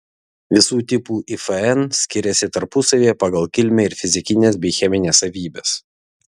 visų tipų ifn skiriasi tarpusavyje pagal kilmę ir fizikines bei chemines savybes